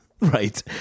Right